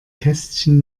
kästchen